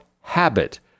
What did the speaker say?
Habit